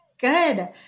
Good